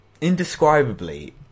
indescribably